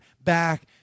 back